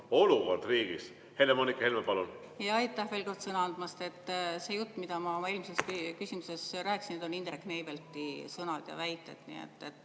olukord riigis. Helle-Moonika Helme, palun! Aitäh veel kord sõna andmast! See jutt, mida ma oma eelmises küsimuses rääkisin, on Indrek Neivelti sõnad ja väited.